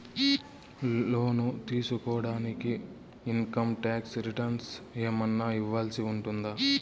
లోను తీసుకోడానికి income tax returns ఏమన్నా ఇవ్వాల్సి ఉంటుందా